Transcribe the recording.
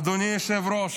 אדוני היושב-ראש,